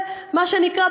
מה שנקרא,